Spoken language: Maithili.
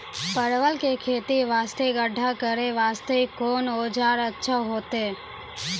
परवल के खेती वास्ते गड्ढा करे वास्ते कोंन औजार अच्छा होइतै?